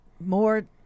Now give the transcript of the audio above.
more